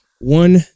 One